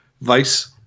Vice